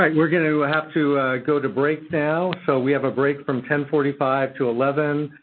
like we're going to have to go to break now. so, we have a break from ten forty five to eleven